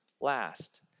last